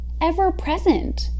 ever-present